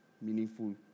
Meaningful